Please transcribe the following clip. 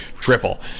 Triple